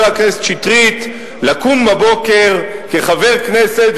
הכנסת שטרית לקום בבוקר כחבר כנסת,